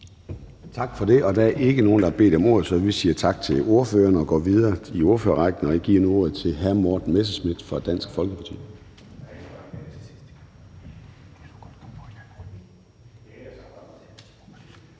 Tak for det. Der er ikke nogen, der har bedt om ordet, så vi siger tak til ordføreren. Vi går videre i ordførerrækken, og jeg giver nu ordet til hr. Morten Messerschmidt fra Dansk Folkeparti.